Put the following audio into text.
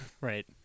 Right